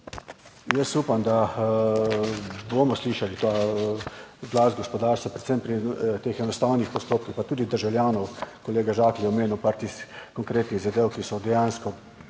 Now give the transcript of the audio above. Jaz upam, da bomo slišali ta glas gospodarstva, predvsem pri teh enostavnih postopkih, pa tudi državljanov. Kolega Žakelj je omenil par tistih konkretnih zadev, ki so dejansko